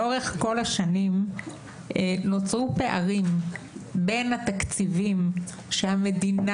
אני אומר: לאורך כל השנים נוצרו פערים בין התקציבים שהמדינה